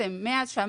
שקלים.